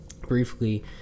briefly